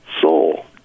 soul